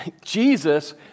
Jesus